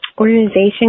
organization